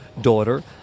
Daughter